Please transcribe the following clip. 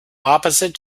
opposite